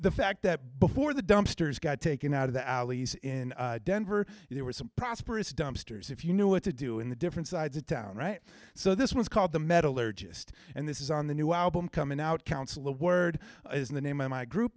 the fact that before the dumpsters got taken out of the alleys in denver there were some prosperous dumpsters if you know what to do in the different sides of town right so this was called the metallurgist and this is on the new album coming out council the word is in the name of my group